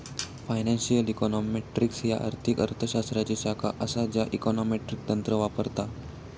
financial econometrics ह्या आर्थिक अर्थ शास्त्राची शाखा असा ज्या इकॉनॉमेट्रिक तंत्र वापरता